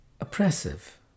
oppressive